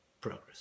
progress